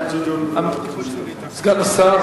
סגן השר